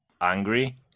Angry